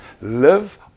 live